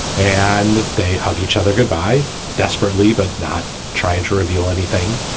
and they hug each other goodbye desperately, but not trying to reveal anything.